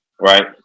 Right